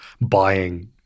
buying